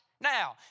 now